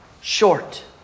short